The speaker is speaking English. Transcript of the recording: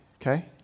okay